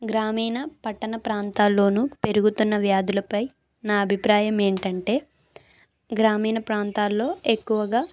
గ్రామీణ పట్టణ ప్రాంతాల్లోనూ పెరుగుతున్న వ్యాధులపై నా అభిప్రాయం ఏంటంటే గ్రామీణ ప్రాంతాల్లో ఎక్కువగా